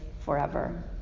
forever